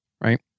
right